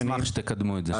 אשמח שתקדמו את זה.